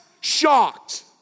shocked